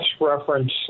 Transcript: reference